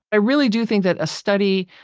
i really do think that a study,